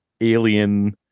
alien